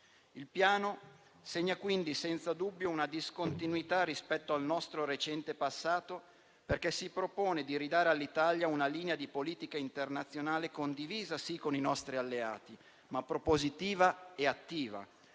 Il Piano segna quindi senza dubbio una discontinuità rispetto al nostro recente passato, perché si propone di ridare all'Italia una linea di politica internazionale condivisa, sì, con i nostri alleati, ma propositiva e attiva.